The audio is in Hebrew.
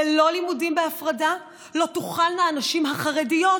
ללא לימודים בהפרדה לא תוכלנה הנשים החרדיות